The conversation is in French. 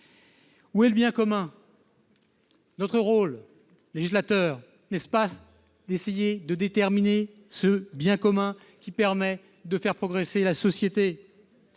Où est le bien commun ? Notre rôle de législateur n'est-il pas d'essayer de déterminer ce bien commun, qui permet de faire progresser la société,